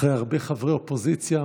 אחרי הרבה חברי אופוזיציה,